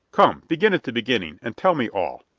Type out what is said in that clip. come, begin at the beginning, and tell me all.